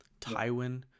Tywin